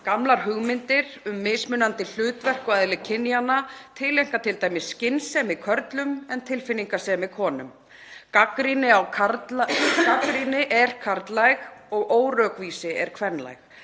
gamlar hugmyndir um mismunandi hlutverk og eðli kynjanna, t.d. að tileinka skynsemi körlum en tilfinningasemi konum. Gagnrýni er karllæg og órökvísi er kvenlæg.